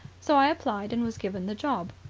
so i applied and was given the job.